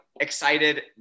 excited